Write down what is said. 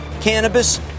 cannabis